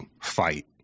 fight